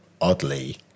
oddly